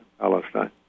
Palestine